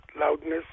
loudness